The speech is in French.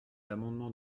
amendement